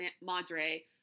Madre